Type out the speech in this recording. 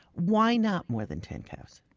why not more than ten cows?